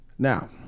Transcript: Now